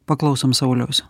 paklausom sauliaus